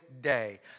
day